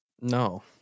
No